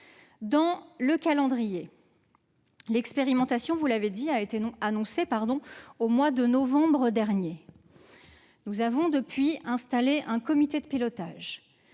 le calendrier, l'expérimentation a été annoncée au mois de novembre dernier ; depuis lors, nous avons installé un comité de pilotage.